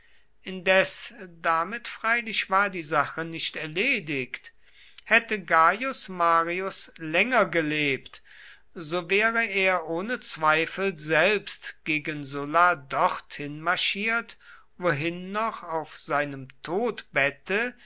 indes damit freilich war die sache nicht erledigt hätte gaius marius länger gelebt so wäre er ohne zweifel selbst gegen sulla dorthin marschiert wohin noch auf seinem